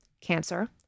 cancer